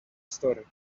story